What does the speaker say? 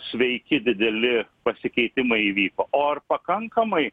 sveiki dideli pasikeitimai įvyko o ar pakankamai